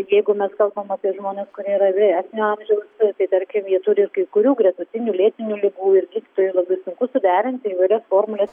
jeigu mes kalbam apie žmones kurie yra vyresnio amžiau na tai tarkim jie turi ir kai kurių gretutinių lėtinių ligų ir tai labai sunku suderinti įvairias formules